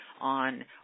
on